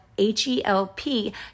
H-E-L-P